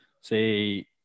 say